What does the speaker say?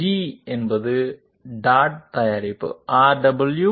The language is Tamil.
ஜி என்பது டாட் தயாரிப்பு Rw